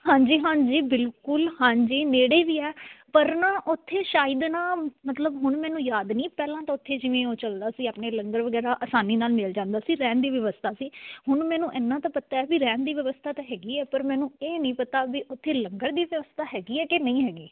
ਹਾਂਜੀ ਹਾਂਜੀ ਬਿਲਕੁਲ ਹਾਂਜੀ ਨੇੜੇ ਵੀ ਹੈ ਪਰ ਨਾ ਉੱਥੇ ਸ਼ਾਇਦ ਨਾ ਮਤਲਬ ਹੁਣ ਮੈਨੂੰ ਯਾਦ ਨਹੀਂ ਪਹਿਲਾਂ ਤਾਂ ਉੱਥੇ ਜਿਵੇਂ ਉਹ ਚੱਲਦਾ ਸੀ ਆਪਣੇ ਲੰਗਰ ਵਗੈਰਾ ਆਸਾਨੀ ਨਾਲ ਮਿਲ ਜਾਂਦਾ ਸੀ ਰਹਿਣ ਦੀ ਵਿਵਸਥਾ ਸੀ ਹੁਣ ਮੈਨੂੰ ਇੰਨਾ ਤਾਂ ਪਤਾ ਵੀ ਰਹਿਣ ਦੀ ਵਿਵਸਥਾ ਤਾਂ ਹੈਗੀ ਹੈ ਪਰ ਮੈਨੂੰ ਇਹ ਨਹੀਂ ਪਤਾ ਵੀ ਉੱਥੇ ਲੰਗਰ ਦੀ ਵਿਵਸਥਾ ਹੈਗੀ ਹੈ ਕਿ ਨਹੀਂ ਹੈਗੀ